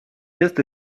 just